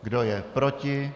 Kdo je proti?